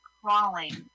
crawling